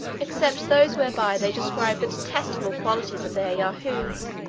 except those whereby they describe the detestable qualities of their yahoos,